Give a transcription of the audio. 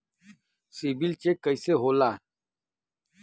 CIBIL check कइसे होला?